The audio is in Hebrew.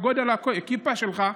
גודל הכיפה שלך,